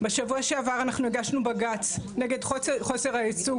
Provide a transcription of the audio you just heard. בשבוע שעבר אנחנו הגשנו בג"צ נגד חוסר הייצוג